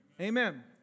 Amen